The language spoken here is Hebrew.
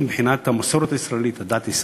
מבחינת המסורת הישראלית והדת הישראלית.